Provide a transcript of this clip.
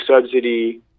subsidy